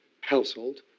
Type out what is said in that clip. household